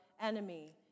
Enemy